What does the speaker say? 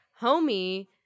homie